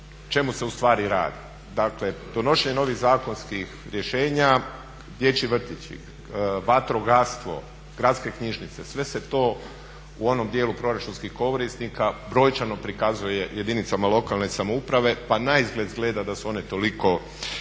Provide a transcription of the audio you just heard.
čemu se u stvari radi. Dakle, donošenje novih zakonskih rješenja, dječji vrtići, vatrogastvo, gradske knjižnice. Sve se to u onom dijelu proračunskih korisnika brojčano prikazuje jedinicama lokalne samouprave, pa naizgled izgleda da su one toliko